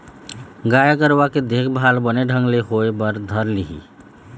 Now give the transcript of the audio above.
गाय गरुवा के देखभाल बने ढंग ले होय बर धर लिही